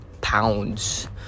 pounds